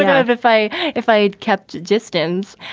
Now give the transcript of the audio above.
and if if i if i kept justins.